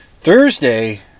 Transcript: Thursday